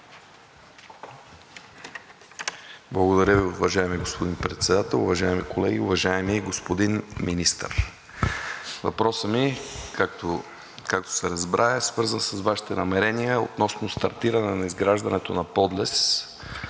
Благодаря, уважаеми господин Председател. Уважаеми колеги, уважаеми господин Министър! Въпросът ми, както се разбра, е свързан с Вашите намерения относно стартиране на изграждането на подлез